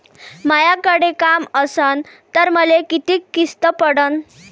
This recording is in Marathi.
मायाकडे काम असन तर मले किती किस्त पडन?